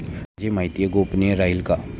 माझी माहिती गोपनीय राहील का?